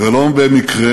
ולא במקרה,